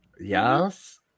Yes